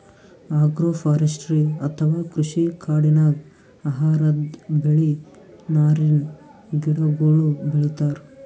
agroforestry ಅಥವಾ ಕೃಷಿ ಕಾಡಿನಾಗ್ ಆಹಾರದ್ ಬೆಳಿ, ನಾರಿನ್ ಗಿಡಗೋಳು ಬೆಳಿತಾರ್